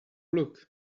look